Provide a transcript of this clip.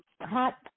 Hot